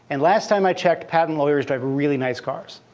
and last time i checked, patent lawyers drive really nice cars.